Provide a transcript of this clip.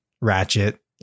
ratchet